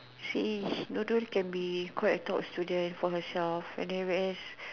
see Nurul can be quite a top student for herself whereas